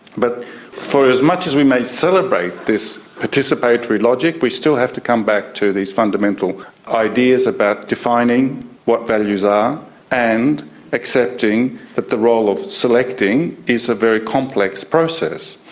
but for as much as we may celebrate this participatory logic, we still have to come back to these fundamental ideas about defining what values are and accepting that the role of selecting is a very complex process.